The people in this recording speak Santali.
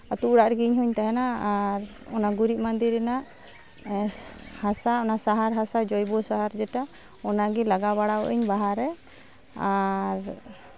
ᱟᱛᱳ ᱚᱲᱟᱜ ᱨᱮᱜᱮ ᱤᱧ ᱦᱚᱸᱧ ᱛᱟᱦᱮᱱᱟ ᱟᱨ ᱚᱱᱟ ᱜᱩᱨᱤᱡ ᱢᱟᱸᱫᱮ ᱨᱮᱱᱟᱜ ᱦᱟᱥᱟ ᱚᱱᱟ ᱥᱟᱦᱟᱨ ᱦᱟᱥᱟ ᱚᱱᱟ ᱡᱳᱭᱵᱚ ᱥᱟᱦᱟᱨ ᱡᱮᱴᱟ ᱚᱱᱟᱜᱮ ᱞᱟᱜᱟᱣ ᱵᱟᱲᱟᱣᱟᱜ ᱟᱹᱧ ᱵᱟᱦᱟᱨᱮ ᱟᱨ